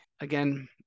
again